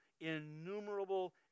innumerable